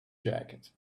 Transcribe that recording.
jacket